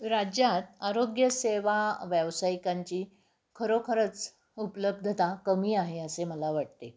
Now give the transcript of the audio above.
राज्यात आरोग्यसेवा व्यावसायिकांची खरोखरच उपलब्धता कमी आहे असे मला वाटते